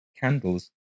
candles